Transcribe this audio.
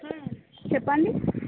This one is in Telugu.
చెప్పండి